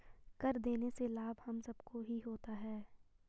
कर देने से लाभ हम सबको ही होता है